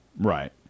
Right